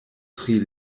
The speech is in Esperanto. tri